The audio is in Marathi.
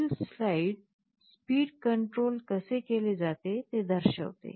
पुढील स्लाइड स्पीड कंट्रोल कसे केले जाते ते दर्शवते